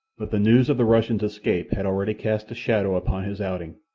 but the news of the russian's escape had already cast a shadow upon his outing,